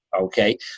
okay